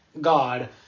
God